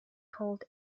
called